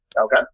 okay